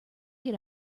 get